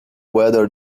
weather